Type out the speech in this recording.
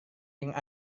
yang